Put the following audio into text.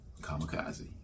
kamikaze